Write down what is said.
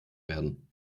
werden